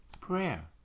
prayer